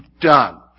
done